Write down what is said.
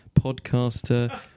podcaster